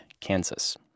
Kansas